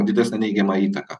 didesnę neigiamą įtaką